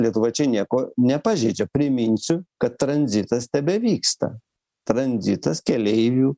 lietuva čia nieko nepažeidžia priminsiu kad tranzitas tebevyksta tranzitas keleivių